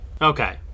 Okay